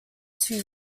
two